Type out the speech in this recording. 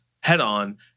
head-on